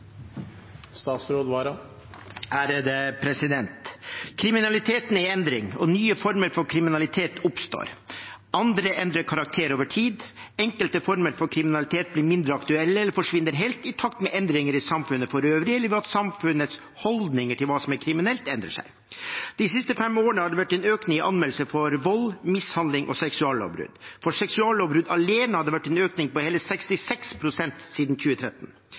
Kriminaliteten er i endring. Nye former for kriminalitet oppstår, andre endrer karakter over tid, og enkelte former for kriminalitet blir mindre aktuelle eller forsvinner helt, i takt med endringer i samfunnet for øvrig eller ved at samfunnets holdninger til hva som er kriminelt, endrer seg. De siste fem årene har det vært en økning i anmeldelser for vold, mishandling og seksuallovbrudd. For seksuallovbrudd alene har det vært en økning på hele 66 pst. siden 2013.